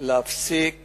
להפסיק